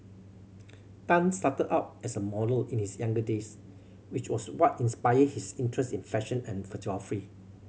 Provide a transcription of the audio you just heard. Tan started out as a model in his younger days which was what inspired his interest in fashion and photography